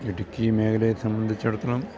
ഇടുക്കി മേഖലയെ സംബന്ധിച്ചിടത്തോളം